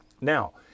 now